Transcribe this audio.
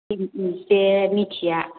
बे मिथिआ